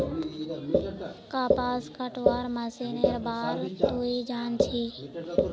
कपास कटवार मशीनेर बार तुई जान छि